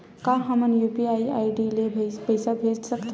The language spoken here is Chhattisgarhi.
का हम यू.पी.आई आई.डी ले पईसा भेज सकथन?